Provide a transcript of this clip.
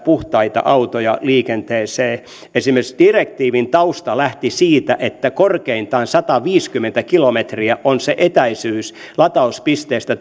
puhtaita autoja liikenteeseen esimerkiksi direktiivin tausta lähti siitä että korkeintaan sataviisikymmentä kilometriä on se etäisyys latauspisteestä